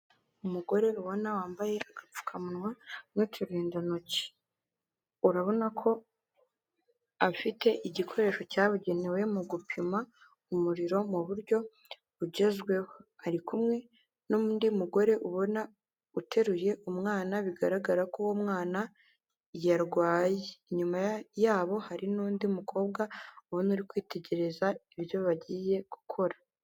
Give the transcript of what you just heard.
Umugore ubona wambaye agapfukamunwa n'uturindantoki urabona ko afite igikoresho cyabugenewe mu gupima umuriro mu buryo bugezweho hari kumwe n'undi mugore ubona uteruye umwana bigaragara ko uwo mwana yarwaye inyuma yabo hari n'undi mukobwa ubona ari kwitegereza ibyo bagiye gukora.